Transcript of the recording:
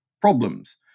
problems